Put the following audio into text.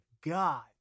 god